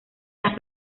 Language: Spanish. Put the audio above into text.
las